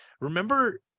remember